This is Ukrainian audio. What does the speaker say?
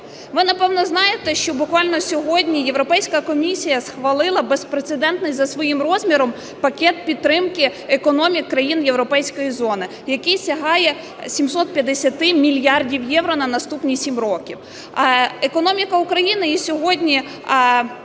Ви, напевно, знаєте, що буквально сьогодні Європейська комісія схвалила безпрецедентний за своїм розміром пакет підтримки економік країн європейської зони, який сягає 750 мільярдів євро на наступні 7 років. Економіка України... і сьогодні